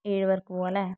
ഏഴു പേർക്ക് പോകാമല്ലേ